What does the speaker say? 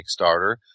Kickstarter